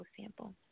sample